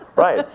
right.